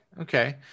Okay